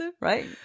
Right